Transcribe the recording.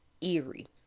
eerie